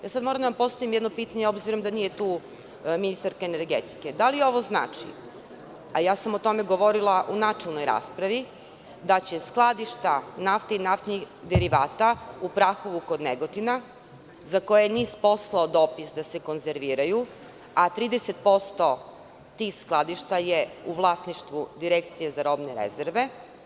Sada moram da vam postavim jedno pitanje, obzirom da nije tu ministarka energetike – da li ovo znači, a ja sam o tome govorila u načelnoj raspravi, da će skladišta nafte i naftnih derivata u Prahovu kod Negotina, za koje je NIS poslao dopis da se konzerviraju, a 30% tih skladišta je u vlasništvu Direkcije za robne rezerve?